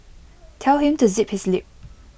tell him to zip his lip